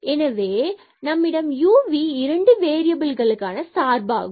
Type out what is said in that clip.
எனவே பின்பும் நம்மிடம் u and v இரண்டு வேறியபில்களுக்கான சார்பு ஆகும்